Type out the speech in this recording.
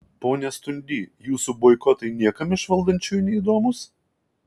pone stundy jūsų boikotai niekam iš valdančiųjų neįdomūs